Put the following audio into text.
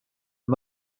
are